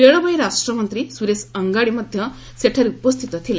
ରେଳବାଇ ରାଷ୍ଟ୍ରମନ୍ତ୍ରୀ ସୁରେଶ ଅଙ୍ଗାଡ଼ି ମଧ୍ୟ ସେଠାରେ ଉପସ୍ଥିତ ଥିଲେ